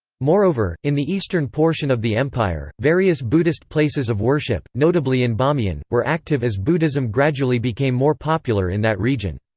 moreover, in the eastern portion of the empire, various buddhist places of worship, notably in bamiyan, were active as buddhism gradually became more popular in that region.